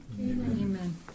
Amen